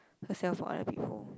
herself for other people